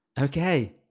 Okay